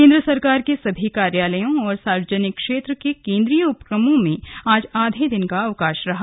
केंद्र सरकार के सभी कार्यालयों और सार्वजनिक क्षेत्र के केंद्रीय उपक्रमों में आज आधे दिन का अवकाश रहा